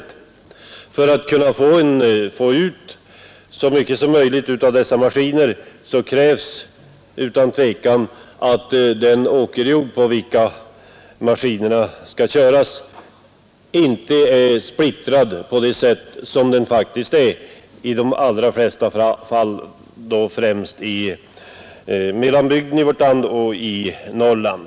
Men för att få ut så mycket som möjligt av sådana maskiner krävs utan tvivel att den åkerjord på vilken maskinerna skall användas inte är splittrad såsom den faktiskt är på de flesta håll, främst i mellanbygderna i vårt land och i Norrland.